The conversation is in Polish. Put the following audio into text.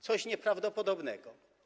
Coś nieprawdopodobnego.